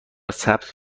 ثبت